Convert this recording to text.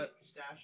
stash